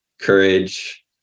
Courage